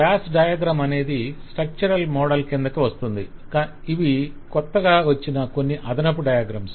class diagram అనేది structural model కిందకి వస్తుంది ఇవి కొత్తగా వచ్చిన కొన్ని అదనపు డయాగ్రమ్స్